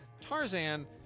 Tarzan